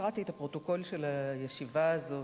קראתי את הפרוטוקול של הישיבה הזאת.